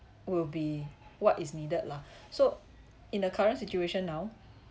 will be what is needed lah so in the current situation now